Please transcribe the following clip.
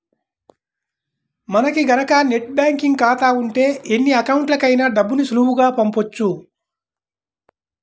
మనకి గనక net banking ఖాతా ఉంటే ఎన్ని అకౌంట్లకైనా డబ్బుని సులువుగా పంపొచ్చు